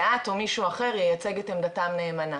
ואת או מישהו אחר ייצג את עמדתם נאמנה.